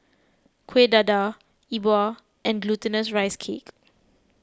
Kueh Dadar E Bua and Glutinous Rice Cake